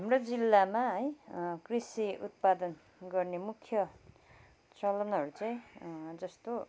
हाम्रो जिल्लामा है कृषि उत्पादन गर्ने मुख्य चलनहरू चाहिँ जस्तो